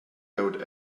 owed